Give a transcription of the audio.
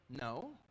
No